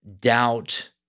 doubt